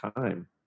time